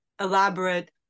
elaborate